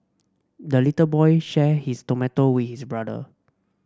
the little boy shared his tomato with his brother